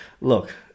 look